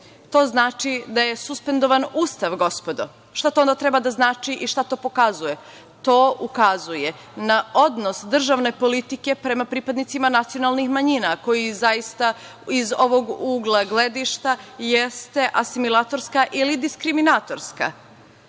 to znači da je suspendovan Ustav, gospodo. Šta to onda treba da znači i šta to pokazuje? To ukazuje na odnos državne politike prema pripadnicima nacionalnih manjina koji zaista, iz ovog ugla gledano, jeste asimilatorska ili diskriminatorska. Još